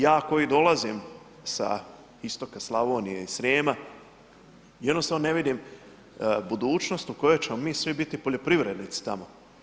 Ja koji dolazim sa istoka Slavonije i Srijema, jednostavno ne vidim budućnost u kojoj ćemo mi svi biti poljoprivrednici tamo.